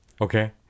okay